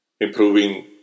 Improving